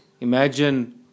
Imagine